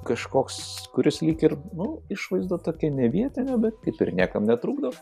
kažkoks kuris lyg ir nu išvaizda tokia nevietinė bet taip ir niekam netrukdo